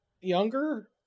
younger